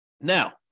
Now